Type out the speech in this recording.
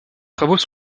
travaux